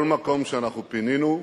כל מקום שאנחנו פינינו,